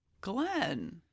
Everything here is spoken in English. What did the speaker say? Glenn